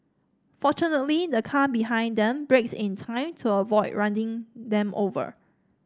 fortunately the car behind them braked in time to avoid running them over